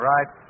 Right